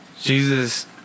Jesus